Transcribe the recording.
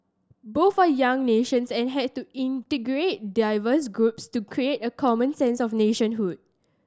both are young nations and had to integrate diverse groups to create a common sense of nationhood